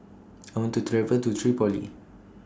I want to travel to Tripoli